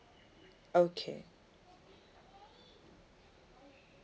okay